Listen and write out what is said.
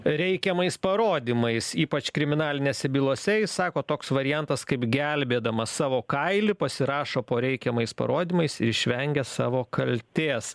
reikiamais parodymais ypač kriminalinėse bylose ji sako toks variantas kaip gelbėdamas savo kailį pasirašo po reikiamais parodymais ir išvengia savo kaltės